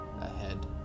ahead